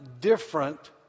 different